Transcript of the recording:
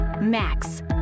Max